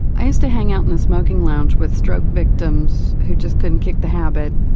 i used to hang out in the smoking lounge with stroke victims who just couldn't kick the habit,